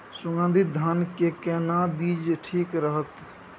सुगन्धित धान के केना बीज ठीक रहत?